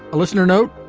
listener note.